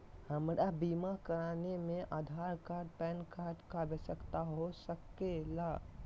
हमरा बीमा कराने में आधार कार्ड पैन कार्ड की आवश्यकता हो सके ला?